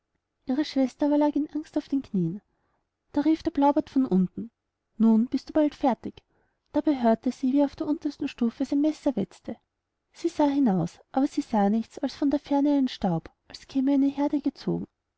ihre schwester aber lag in angst auf den knieen da rief der blaubart unten nun bist du bald fertig dabei hörte sie wie er auf der untersten stufe sein messer wetzte sie sah hinaus aber sie sah nichts als von ferne einen staub als käm eine heerde gezogen